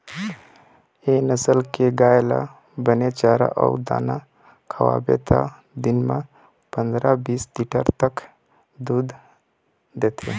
ए नसल के गाय ल बने चारा अउ दाना खवाबे त दिन म पंदरा, बीस लीटर तक दूद देथे